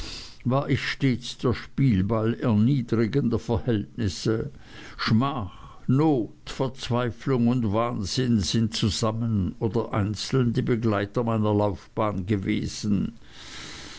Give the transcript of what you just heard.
war ich stets der spielball erniedrigender verhältnisse schmach not verzweiflung und wahnsinn sind zusammen oder einzeln die begleiter meiner laufbahn gewesen